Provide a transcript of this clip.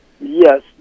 Yes